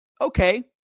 okay